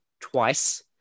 twice